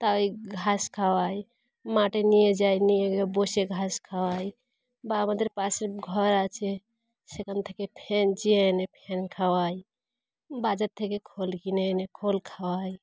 তা ওই ঘাস খাওয়ায় মাঠে নিয়ে যায় নিয়ে গ বসে ঘাস খাওয়াই বা আমাদের পাশে ঘর আছে সেখান থেকে ফ্যান চেয়ে এনে ফ্যান খাওয়াই বাজার থেকে খোল কিনে এনে খোল খাওয়াই